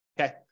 okay